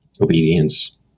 obedience